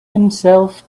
himself